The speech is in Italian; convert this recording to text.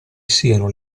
siano